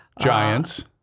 Giants